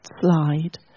slide